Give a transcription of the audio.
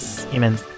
Amen